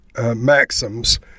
maxims